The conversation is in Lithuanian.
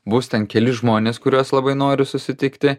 bus ten keli žmonės kuriuos labai noriu susitikti